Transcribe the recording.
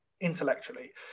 intellectually